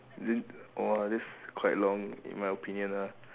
then !wah! that's quite long in my opinion ah